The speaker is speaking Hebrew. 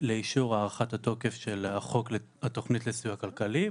לאישור הארכת התוקף של חוק התוכנית לסיוע כלכלי,